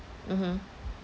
mmhmm